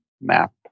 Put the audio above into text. map